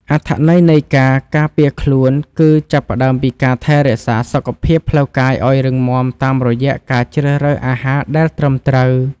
អត្ថន័យនៃការការពារខ្លួនគឺ ចាប់ផ្ដើមពីការថែរក្សាសុខភាពផ្លូវកាយឱ្យរឹងមាំតាមរយៈការជ្រើសរើសអាហារដែលត្រឹមត្រូវ។